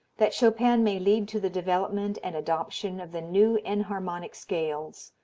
that chopin may lead to the development and adoption of the new enharmonic scales,